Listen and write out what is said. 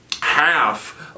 half